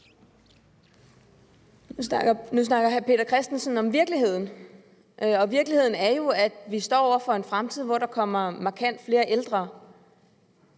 Nu snakker hr. Peter Christensen om virkeligheden, og virkeligheden er jo, at vi står over for en fremtid, hvor der kommer markant flere ældre.